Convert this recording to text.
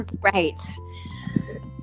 Right